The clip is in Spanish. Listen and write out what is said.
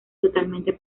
totalmente